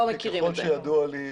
ככל שידוע לי,